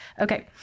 Okay